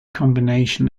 combination